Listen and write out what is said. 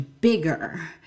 bigger